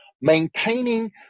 maintaining